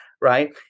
right